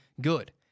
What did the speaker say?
good